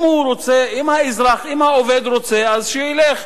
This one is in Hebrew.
אם העובד רוצה, אז שילך,